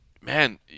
man